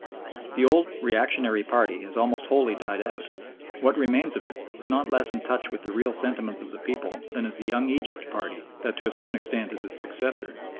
the old reactionary party has almost wholly died out what remains of it is not less in touch with the real sentiments of the people than is the young egypt party that to a certain extent is its successor,